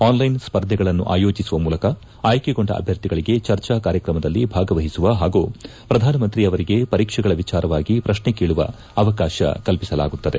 online ಸ್ಪರ್ಧೆಗಳನ್ನು ಆಯೋಜಿಸುವ ಮೂಲಕ ಆಯ್ಕೆಗೊಂಡ ಅಭ್ಯರ್ಥಿಗಳಿಗೆ ಚರ್ಚಾ ಕಾರ್ಯಕ್ರಮದಲ್ಲಿ ಭಾಗವಹಿಸುವ ಹಾಗೂ ಪ್ರಧಾನಮಂತ್ರಿಯವರಿಗೆ ಪರೀಕ್ಷೆಗಳ ವಿಚಾರವಾಗಿ ಪ್ರಕ್ನೆ ಕೇಳುವ ಅವಕಾಶ ಕಲ್ಪಿಸಲಾಗುತ್ತದೆ